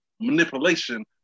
manipulation